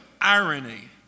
irony